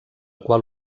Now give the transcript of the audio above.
qual